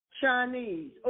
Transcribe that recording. Chinese